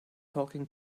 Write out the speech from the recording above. talking